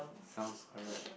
sounds correct